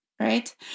right